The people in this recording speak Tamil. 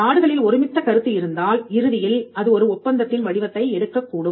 நாடுகளில் ஒருமித்த கருத்து இருந்தால் இறுதியில் அது ஒரு ஒப்பந்தத்தின் வடிவத்தை எடுக்கக்கூடும்